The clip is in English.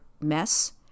mess